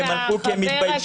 הם הלכו כי הם מתביישים,